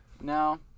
Now